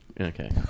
Okay